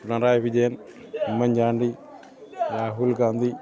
Pinarayi Vijayan Oommen Chandy Rahul Gandhi